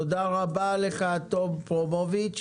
תודה רבה לך, תום פרומוביץ'.